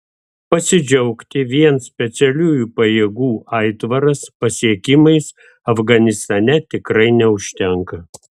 pasidžiaugti vien specialiųjų pajėgų aitvaras pasiekimais afganistane tikrai neužtenka